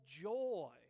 joy